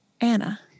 Anna